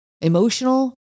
emotional